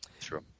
true